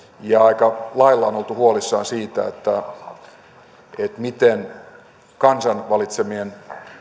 ja aika lailla on oltu huolissaan siitä miten kansan valitsemien